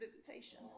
visitation